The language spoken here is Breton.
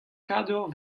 kador